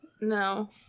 No